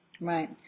Right